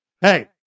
hey